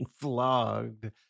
flogged